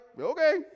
okay